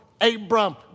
Abram